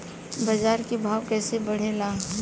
बाजार के भाव कैसे बढ़े ला?